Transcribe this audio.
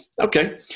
Okay